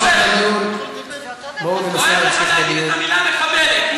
כואב לך להגיד את המילה "מחבלת".